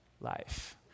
life